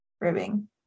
ribbing